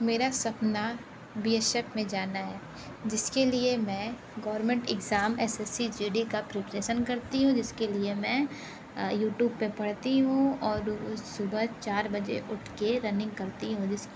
मेरा सपना B S F में जाना है जिसके लिए मैं government exam S S C G D का प्रिपरेशन करती हूँ जिसके लिए मैं यूट्यूब पे पढ़ती हूँ और उस सुबह चार बजे उठ के रनिंग करती हूँ